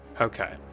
Okay